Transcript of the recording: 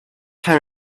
time